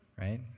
Right